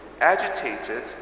agitated